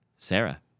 Sarah